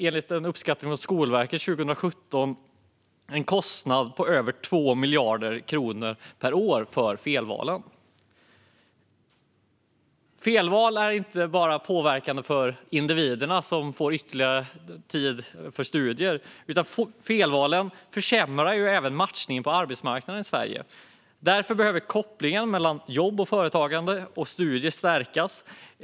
Enligt en uppskattning från Skolverket 2017 innebär felvalen en kostnad på över 2 miljarder kronor per år. Felval påverkar inte heller bara individerna, som får lägga ytterligare tid på studier, utan felvalen försämrar även matchningen på arbetsmarknaden i Sverige. Därför behöver kopplingen mellan å ena sidan jobb och företagande och å andra sidan studier stärkas.